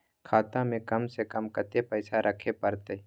खाता में कम से कम कत्ते पैसा रखे परतै?